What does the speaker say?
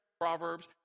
proverbs